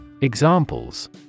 Examples